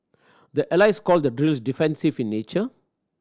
the allies call the drills defensive in nature